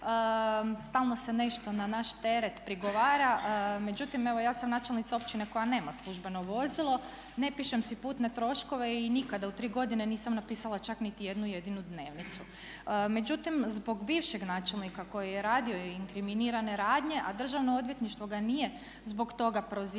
stalno se nešto na naš teret prigovara. Međutim, evo ja sam načelnica općine koja nema službeno vozila, ne pišem si putne troškove i nikada u 3 godine nisam napisala čak niti jednu jedinu dnevnicu. Međutim, zbog bivšeg načelnika koji je radio i inkriminirane radnje a državno odvjetništvo ga nije zbog toga prozivalo